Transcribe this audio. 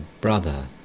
brother